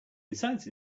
besides